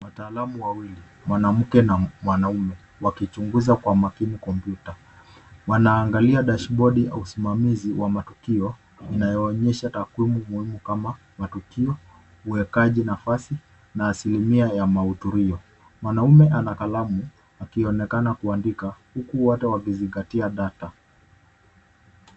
Wataalamu wawili, mwanamke na mwanaume, wakichunguza kwa makini kompyuta. Wanaangalia dashbodi au usimamizi wa matukio inayoonyesha takwimu muhimu kama matukio uwekaji nafasi na asilimia ya maudhurio. Mwanaume ana kalamu akionekana kuandika huku hata wakizingatia data.